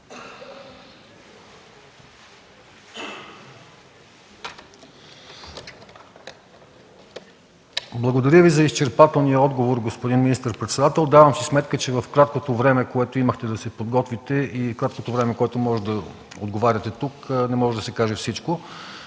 Благодаря Ви за изчерпателния отговор, господин министър-председател. Давам си сметка, че в краткото време, което имахте, за да се подготвите и краткото време, в което можете да отговаряте тук, не може да се каже всичко.